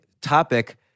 topic